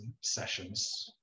sessions